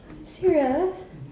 serious